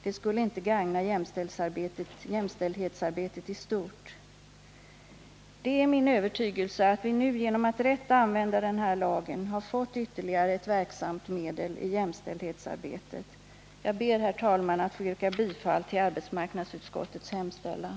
Det skulle inte gagna jämställdhetsarbetet i stort. Det är min övertygelse att vi nu, genom att rätt använda den här lagen, har fått ytterligare ett verksamt medel i jämställdhetsarbetet. Jag ber, herr talman, att få yrka bifall till arbetsmarknadsutskottets hemställan.